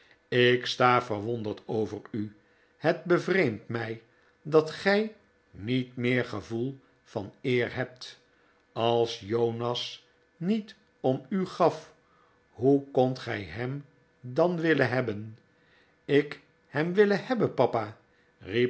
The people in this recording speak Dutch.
ik sta verwonderd over u het bevreemdt mij dat gij niet meer gevoel van eer hebt als jonas niet om u gaf hoe kondt gij hem dan willen hebben ik hem willen hebben papa